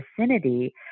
vicinity